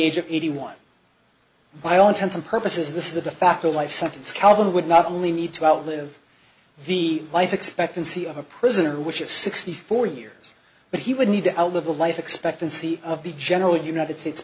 age of eighty one by all intents and purposes this is a de facto life sentence calvin would not only need to outlive the life expectancy of a prisoner which is sixty four years but he would need to outlive a life expectancy of the general united states